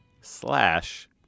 slash